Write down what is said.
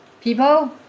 people